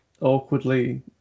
awkwardly